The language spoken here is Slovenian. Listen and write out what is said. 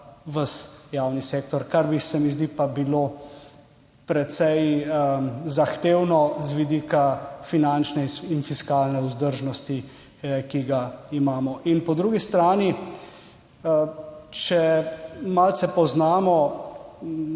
ves javni sektor, kar bi, se mi zdi, bilo precej zahtevno z vidika finančne in fiskalne vzdržnosti, ki ga imamo. In po drugi strani, če malce poznamo